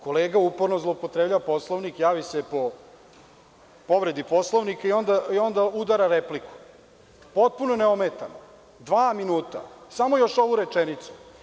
Kolega uporno zloupotrebljava Poslovnik, javi se po povredi Poslovnika i onda udara repliku, potpuno neometano, dva minuta, samo još ovu rečenicu.